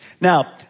Now